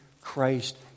Christ